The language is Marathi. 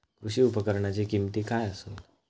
कृषी उपकरणाची किमती काय आसत?